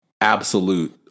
absolute